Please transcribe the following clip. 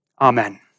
Amen